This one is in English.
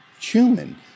human